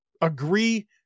agree